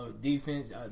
defense